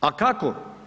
A kako?